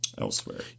Elsewhere